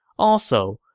also,